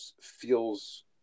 feels